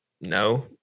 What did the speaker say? no